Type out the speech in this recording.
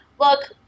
look